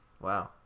Wow